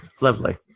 lovely